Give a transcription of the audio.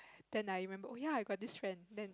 then I remember oh ya I got this friend then